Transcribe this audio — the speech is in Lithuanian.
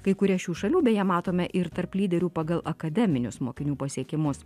kai kurias šių šalių beje matome ir tarp lyderių pagal akademinius mokinių pasiekimus